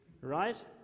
right